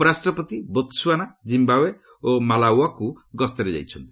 ଉପରାଷ୍ଟ୍ରପତି Botswana Zimbabwe ଓ ମାଲାଓ୍ୱକୁ ଗସ୍ତରେ ଯାଇଛନ୍ତି